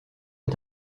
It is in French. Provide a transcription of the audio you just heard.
est